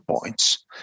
points